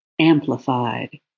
amplified